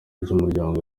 ry’umuryango